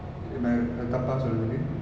இனிமேல் தப்பா சொல்லுது:inimel thappa solluthu